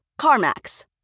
CarMax